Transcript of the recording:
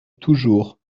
toujours